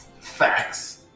Facts